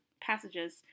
passages